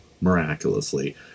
miraculously